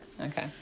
Okay